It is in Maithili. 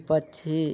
पक्षी